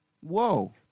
Whoa